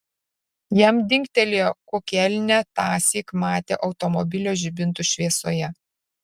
jam dingtelėjo kokį elnią tąsyk matė automobilio žibintų šviesoje